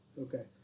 Okay